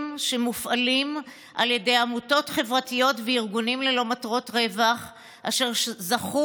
שמופעלים על ידי עמותות חברתיות וארגונים ללא מטרות רווח אשר זכו